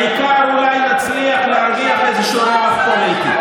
העיקר שאולי נצליח להרוויח איזשהו רווח פוליטי.